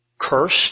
Cursed